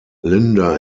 linda